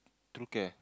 True Care